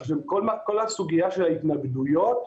כל הסוגיה של ההתנגדויות,